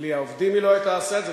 בלי העובדים היא לא היתה עושה את זה,